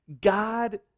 God